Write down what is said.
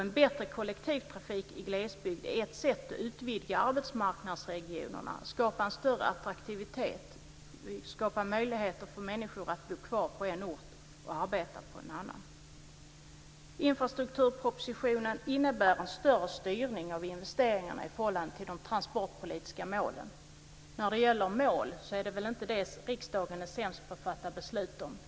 En bättre kollektivtrafik i glesbygd är ett sätt att utvidga arbetsmarknadsregionerna, skapa en större attraktivitet och skapa möjligheter för människor att bo kvar på en ort och arbeta på en annan. Infrastrukturpropositionen innebär en större styrning av investeringarna i förhållande till de transportpolitiska målen. Mål är inte det riksdagen är sämst på att fatta beslut om.